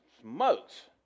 smokes